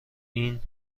این